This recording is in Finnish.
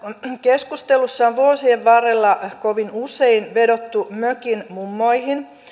keskustelussa on vuosien varrella kovin usein vedottu mökinmummoihin